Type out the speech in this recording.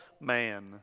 man